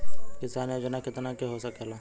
किसान योजना कितना के हो सकेला?